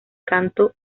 canto